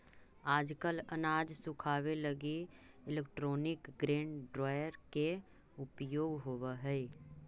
आजकल अनाज सुखावे लगी इलैक्ट्रोनिक ग्रेन ड्रॉयर के उपयोग होवऽ हई